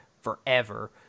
forever